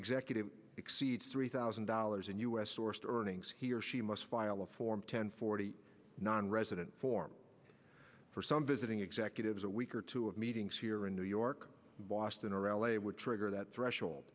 executive exceeds three thousand dollars in u s sourced earnings he or she must file a form ten forty nonresident form for some visiting executives a week or two of meetings here in new york boston or l a would trigger that threshold